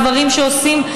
הדברים שעושים,